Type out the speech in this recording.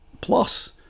plus